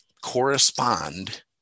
correspond